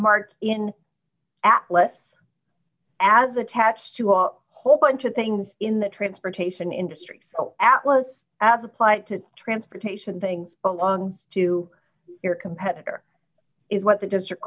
mark in atlas as attached to our whole bunch of things in the transportation industries atlas as applied to transportation things belongs to your competitor is what the district